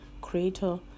creator